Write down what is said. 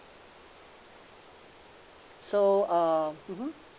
so uh mmhmm